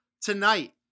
tonight